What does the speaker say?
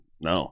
no